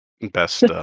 Best